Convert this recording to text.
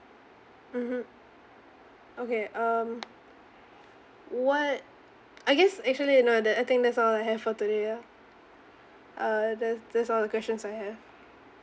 mmhmm okay um what I guess actually you know that I think that's all I have for today lah uh that's that's all the questions I have